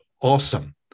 awesome